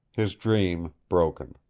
his dream broken.